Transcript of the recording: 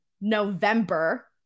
November